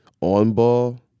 On-ball